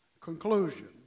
Conclusion